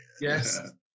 Yes